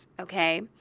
okay